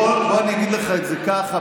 בוא אני אגיד לך את זה כך,